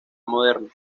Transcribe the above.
moderna